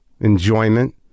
enjoyment